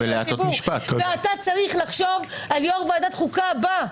אתה צריך לחשוב על יושב ראש ועדת החוקה הבא,